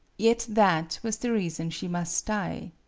yet that was the reason she must die.